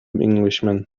englishman